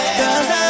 cause